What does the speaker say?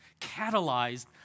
catalyzed